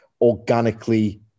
organically